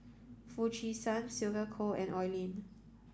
Foo Chee San Sylvia Kho and Oi Lin